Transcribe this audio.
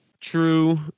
true